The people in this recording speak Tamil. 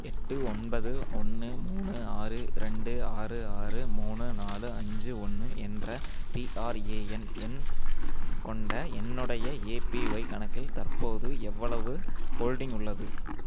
எட்டு ஒன்பது ஒன்று மூணு ஆறு ரெண்டு ஆறு ஆறு மூணு நாலு அஞ்சு ஒன்று என்ற பிஆர்ஏஎன் எண் கொண்ட என்னுடைய ஏபிஒய் கணக்கில் தற்போது எவ்வளவு ஹோல்டிங் உள்ளது